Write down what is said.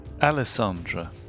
Alessandra